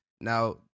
Now